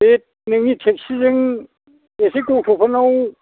बे नोंनि टेक्सि जों एसे गथ'फोरनाव